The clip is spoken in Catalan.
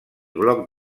bloc